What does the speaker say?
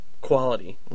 quality